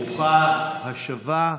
ברוכה השבה.